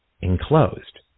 enclosed